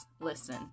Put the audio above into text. Listen